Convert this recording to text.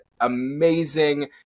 amazing